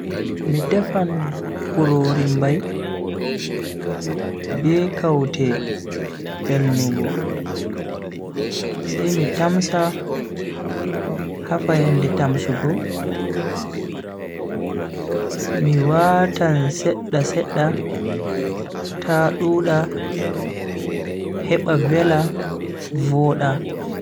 Mi tefa kurori mbai be kaute velnugo sai mi tamsa ha fayande tamsugo, mi watan sedda sedda ta duda heba vela voda.